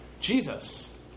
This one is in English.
Jesus